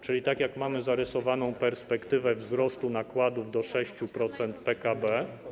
Czyli tak jak mamy zarysowaną perspektywę wzrostu nakładów do 6% PKB.